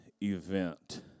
event